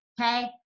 okay